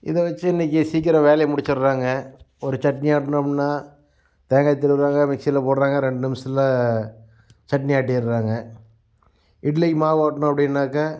இதை வெச்சு இன்றைக்கி சீக்கிரம் வேலையை முடிச்சிடறாங்க ஒரு சட்னி ஆட்டணும்னா தேங்காயை துருவுறாங்க மிக்ஸியில் போடுறாங்க ரெண்டு நிமிஷத்தில் சட்னி ஆட்டிடறாங்க இட்லிக்கு மாவு ஓட்டணும் அப்படின்னாக்கா